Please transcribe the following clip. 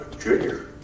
Junior